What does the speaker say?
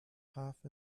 half